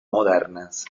modernas